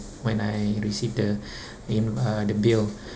when I receive the in~ uh the bill